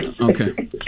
Okay